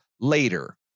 later